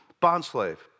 bondslave